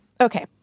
Okay